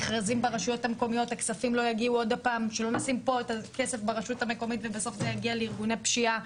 המכרזים ברשויות המקומיות ובסוף זה יגיע לארגוני פשיעה,